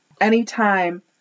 Anytime